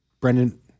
Brendan